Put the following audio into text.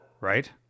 Right